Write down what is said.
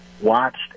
watched